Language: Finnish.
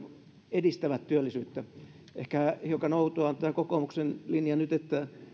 edistävät työllisyyttä ehkä hiukan outo on nyt tämä kokoomuksen linja että